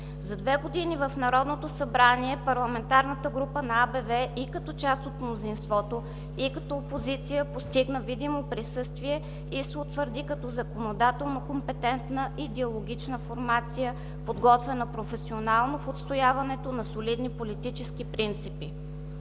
За две години в Народното събрание Парламентарната група на АБВ и като част от мнозинството, и като опозиция постигна видимо присъствие и се утвърди като законодателна компетентна идеологична формация, подготвена професионално в отстояването на солидни политически принципи.